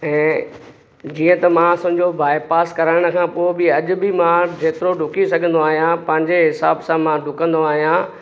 ऐं जीअं त मां समुझो बाएपास कराइण खां पोइ बि अॼु बि मां जेतिरो डुकी सघंदो आहियां पंहिंजे हिसाब सां मां डुकंंदो आहियां